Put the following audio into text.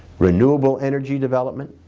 renewable energy development,